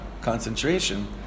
concentration